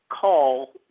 call